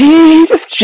Jesus